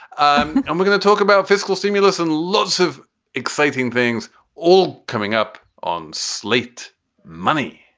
um i'm i'm going to talk about fiscal stimulus and lots of exciting things all coming up on slate money.